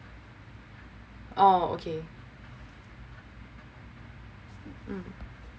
orh okay mm